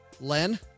Len